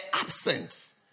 absence